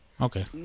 okay